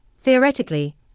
theoretically